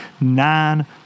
Nine